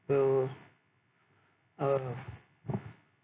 true oh